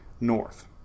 north